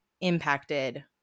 impacted